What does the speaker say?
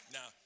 Now